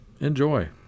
Enjoy